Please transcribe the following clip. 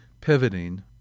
pivoting